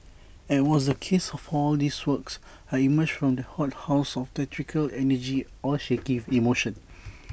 as was the case for all these works I emerged from that hothouse of theatrical energy all shaky emotion